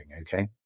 okay